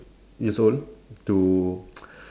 years old to